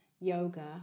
yoga